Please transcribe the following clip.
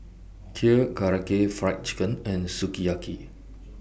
Kheer Karaage Fried Chicken and Sukiyaki